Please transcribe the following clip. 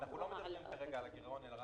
אנחנו לא מדברים כרגע על הגירעון אלא רק על ההוצאה.